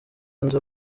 nza